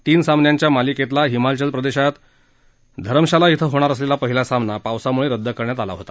तीन सामन्यांच्या मालिकेतला हिमाचल प्रदेशात धरमशाला धिं होणार असलेला पहिला सामना पावसामुळे रद्द करण्यात आला होता